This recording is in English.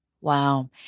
wow